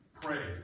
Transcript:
pray